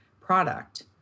product